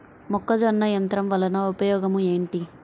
మొక్కజొన్న యంత్రం వలన ఉపయోగము ఏంటి?